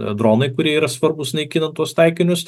dronai kurie yra svarbūs naikinant tuos taikinius